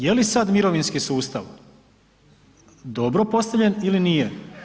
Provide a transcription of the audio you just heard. Jeli sada mirovinski sustav dobro postavljen ili nije?